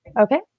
Okay